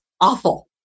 awful